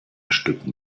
stücken